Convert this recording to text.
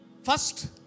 First